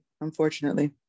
unfortunately